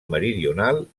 meridional